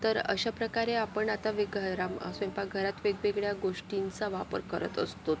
तर अशाप्रकारे आपण आता वेग घरा स्वयंपाकघरात वेगवेगळ्या गोष्टींचा वापर करत असतोत